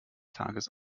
tages